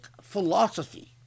philosophy